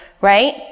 right